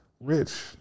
rich